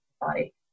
body